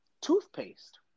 Toothpaste